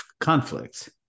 conflicts